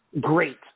Great